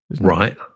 Right